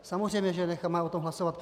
Samozřejmě že necháme o tom hlasovat.